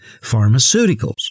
pharmaceuticals